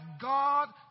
God